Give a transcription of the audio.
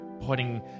putting